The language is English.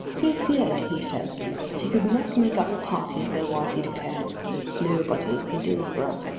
he feared he said that he could not make up a party as there was he declared nobody in dillsborough.